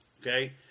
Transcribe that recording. okay